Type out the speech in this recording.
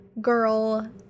girl